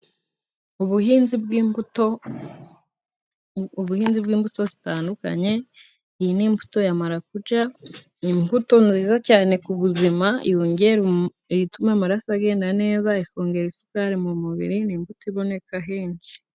Ubuhinzi bw'imbuto, ubuhinzi bw'imbuto zitandukanye. Iyi ni imbuto ya marakuja, imbuto nziza cyane ku buzima. Ituma amaraso agenda neza ikongera isukari mu mubiri. Ni imbuto iboneka henshi.